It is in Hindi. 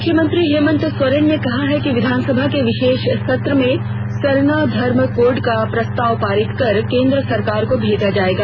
मुख्यमंत्री हेमन्त सोरेन ने कहा है कि विधानसभा के विशेष सत्र में सरना धर्म कोड का प्रस्ताव पारित कर केंद्र सरकार को भेजा जाएगा